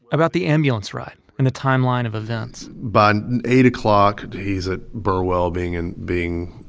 about the ambulance ride and the timeline of events by eight o'clock, he's at burwell being and being